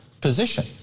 position